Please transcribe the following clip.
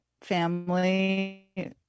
family